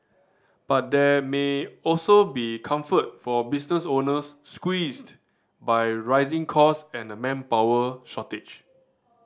but there may also be comfort for business owners squeezed by rising cost and a manpower shortage